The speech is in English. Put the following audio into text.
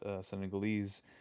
Senegalese